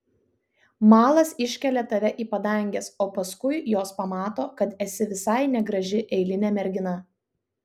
malas iškelia tave į padanges o paskui jos pamato kad esi visai negraži eilinė mergina